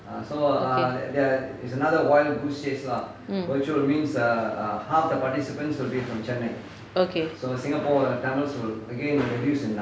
okay mm okay